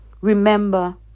remember